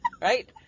Right